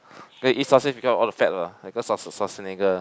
they eat sausage because all the fat mah because of Schwarzenegger